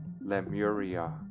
Lemuria